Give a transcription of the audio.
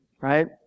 Right